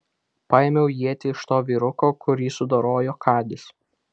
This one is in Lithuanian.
paėmiau ietį iš to vyruko kurį sudorojo kadis